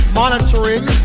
monitoring